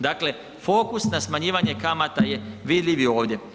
Dakle, fokus na smanjivanje kamata je vidljiv i ovdje.